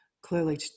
clearly